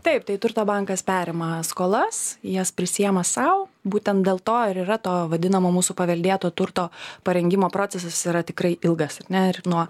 taip tai turto bankas perima skolas jas prisiėma sau būtent dėl to ir yra to vadinamo mūsų paveldėto turto parengimo procesas jis yra tikrai ilgas ar ne ir nuo